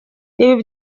ibi